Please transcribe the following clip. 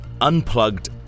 Unplugged